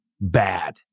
bad